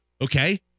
Okay